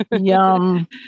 Yum